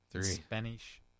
Spanish